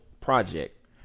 project